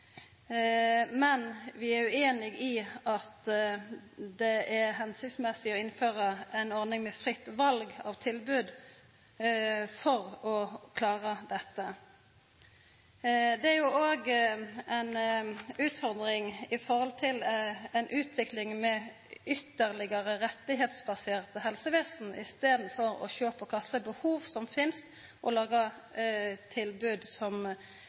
men vi er ueinige i at det er hensiktsmessig å innføra ei ordning med fritt val av tilbod for å klara dette. Det er òg ei utfordring i forhold til ei utvikling med ytterlegare rettsbaserte helsevesen i staden for å sjå på kva slags behov som finst, og laga tilbod som